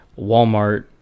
walmart